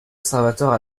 observateurs